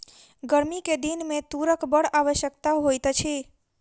गर्मी के दिन में तूरक बड़ आवश्यकता होइत अछि